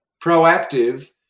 proactive